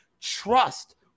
trust